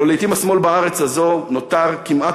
הלוא לעתים השמאל בארץ הזאת נותר כמעט